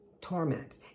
torment